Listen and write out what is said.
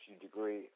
degree